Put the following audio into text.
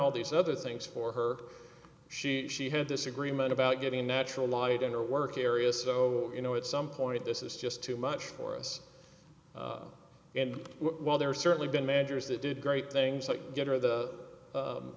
all these other things for her she she had this agreement about getting natural light in your work area so you know at some point this is just too much for us and while there certainly been managers that did great things like get her the